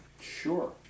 Sure